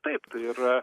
taip tai yra